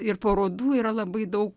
ir parodų yra labai daug